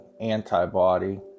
antibody